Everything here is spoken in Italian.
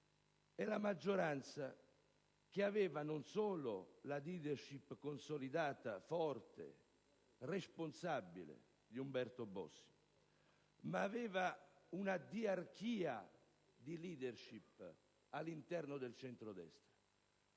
è la maggioranza che aveva non solo la *leadership* consolidata, forte, responsabile di Umberto Bossi, ma aveva una diarchia di *leadership* all'interno del centrodestra.